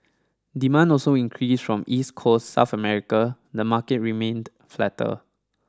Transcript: demand also increase from East Coast South America the market remained flatter